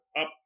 up